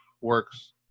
works